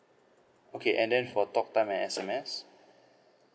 okay and then for talk time and S_M_S